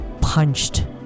punched